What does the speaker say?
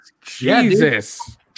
Jesus